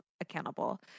accountable